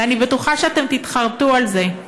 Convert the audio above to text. ואני בטוחה שאתם תתחרטו על זה.